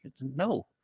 no